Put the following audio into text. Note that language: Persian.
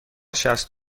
شصت